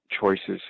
choices